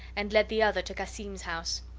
and led the other to cassim's house.